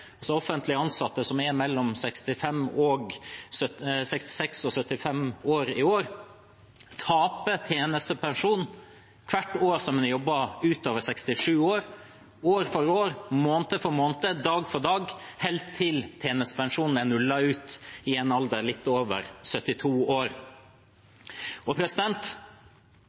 altså offentlig ansatte som er mellom 66 og 75 år i år, taper tjenestepensjon hvert år en har jobbet utover fylte 67 år – år for år, måned for måned, dag for dag – helt til tjenestepensjonen er nullet ut i en alder av litt over 72 år. En viser til folketrygden og